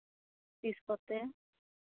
ᱛᱤᱥ ᱠᱚᱛᱮ